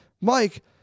Mike